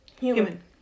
Human